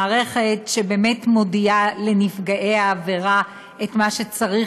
מערכת שבאמת מודיעה לנפגעי העבירה את מה שצריך,